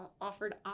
offered